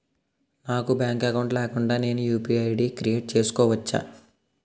నాకు bank account లేకుండా నేను యు.పి.ఐ ఐ.డి క్రియేట్ చేసుకోవచ్చా?